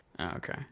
Okay